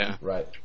Right